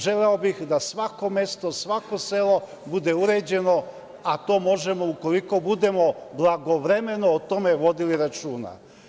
Želeo bih da svako mesto, svako selo bude uređeno, a to možemo ukoliko budemo blagovremeno o tome vodili računa.